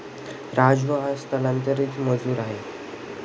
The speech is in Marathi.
राजू हा स्थलांतरित मजूर आहे